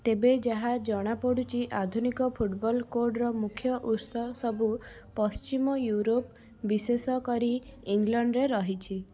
ତେବେ ଯାହା ଜଣା ପଡ଼ୁଛି ଆଧୁନିକ ଫୁଟବଲ କୋଡ଼୍ର ମୁଖ୍ୟ ଉତ୍ସ ସବୁ ପଶ୍ଚିମ ୟୁରୋପ ବିଶେଷ କରି ଇଂଲଣ୍ଡରେ ରହିଛି